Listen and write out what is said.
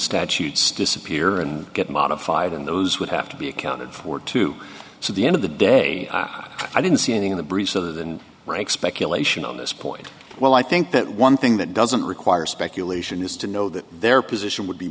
statutes disappear and get modified in those would have to be accounted for to so the end of the day i didn't see anything in the briefs other than rank speculation on this point well i think that one thing that doesn't require speculation is to know that their position would be